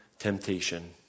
temptation